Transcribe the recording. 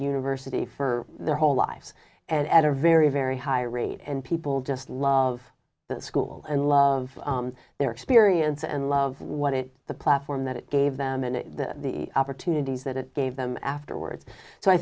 university for their whole lives and at a very very high rate and people just love the school and love their experience and love what it the platform that it gave them and the opportunities that it gave them afterwards so i